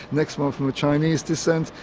next one from the chinese descent?